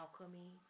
Alchemy